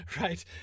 right